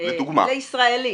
לישראלי